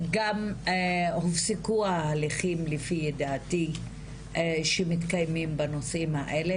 גם הופסקו ההליכים לפי ידיעתי שמתקיימים בנושאים האלה,